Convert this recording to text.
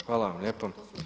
Hvala vam lijepo.